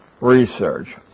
research